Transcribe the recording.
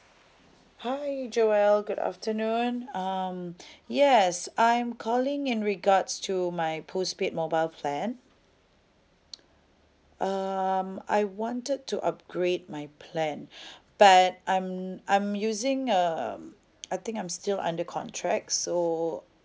hi joel good afternoon um yes I'm calling in regards to my postpaid mobile plan um I wanted to upgrade my plan but I'm I'm using a I think I'm still under contract so